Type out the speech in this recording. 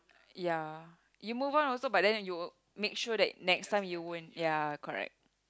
ya you move on also but then you make sure that next time you won't ya correct